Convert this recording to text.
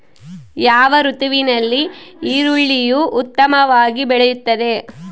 ಯಾವ ಋತುವಿನಲ್ಲಿ ಈರುಳ್ಳಿಯು ಉತ್ತಮವಾಗಿ ಬೆಳೆಯುತ್ತದೆ?